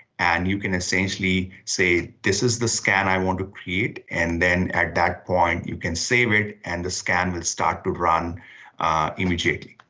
and you can essentially say this is the scan i want to create, and then at that point, you can save it and the scan will start to run immediately.